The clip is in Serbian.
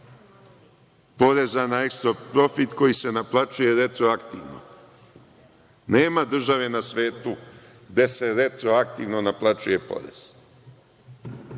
poreza na ekstra profit koji se naplaćuje retroaktivno. Nema države na svetu gde se retroaktivno naplaćuje porez.